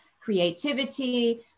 creativity